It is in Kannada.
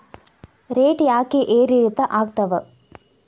ರೇಟ್ ಯಾಕೆ ಏರಿಳಿತ ಆಗ್ತಾವ?